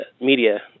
media